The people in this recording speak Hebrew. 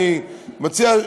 אני מציע,